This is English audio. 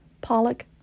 pollock